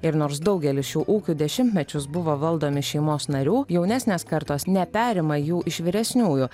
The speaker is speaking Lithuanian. ir nors daugelis šių ūkių dešimtmečius buvo valdomi šeimos narių jaunesnės kartos neperima jų iš vyresniųjų